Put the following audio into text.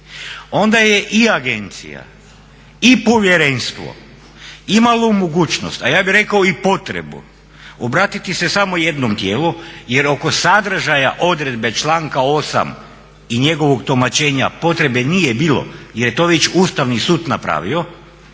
onda je i agencija i povjerenstvo imalo mogućnost, a ja bih rekao i potrebu, obratiti se samo jednom tijelu jer oko sadržaja odredbe članka 8. i njegovog tumačenja potrebe nije bilo jer je to već Ustavni sud napravio,